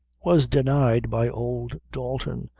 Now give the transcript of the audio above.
was denied by old dalton,